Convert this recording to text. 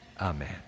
Amen